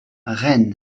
rennes